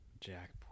Jack